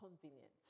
convenient